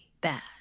bad